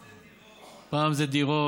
פעם זה דירות.